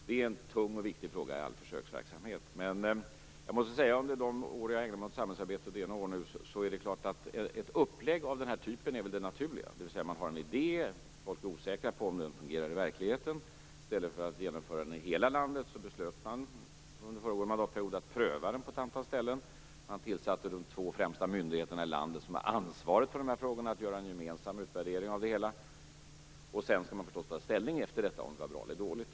Det är en tung och viktig fråga i all försöksverksamhet, men jag måste säga att efter de år jag har ägnat mig åt samhällsarbete - det är några år nu - står det klart att ett upplägg av den här typen är det naturliga: Man hade en idé. Folk var osäkra på om den fungerar i verkligheten. I stället för att genomföra den i hela landet beslutade man under föregående mandatperiod att pröva den på ett antal ställen. Man uppdrog åt de två främsta myndigheterna i landet som har ansvar för dessa frågor att göra en gemensam utvärdering av det hela. Sedan skall man förstås efter detta ta ställning till om det var bra eller dåligt.